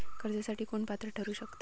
कर्जासाठी कोण पात्र ठरु शकता?